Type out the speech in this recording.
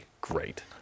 great